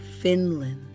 Finland